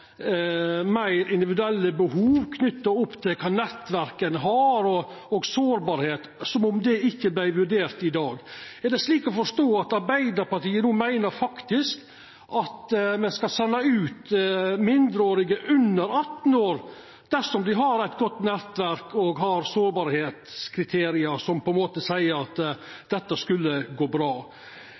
meir individuelle behov knytt til kva nettverk ein har og sårbarheit – som om det ikkje vert vurdert i dag. Er det slik å forstå at Arbeidarpartiet no faktisk meiner at me skal senda ut mindreårige under 18 år dersom dei har eit godt nettverk og at sårbarheitskriteria på ein måte seier at dette skulle gå bra?